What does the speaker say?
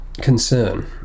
concern